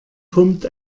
pumpt